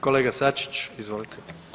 Kolega Sačić, izvolite.